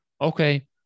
Okay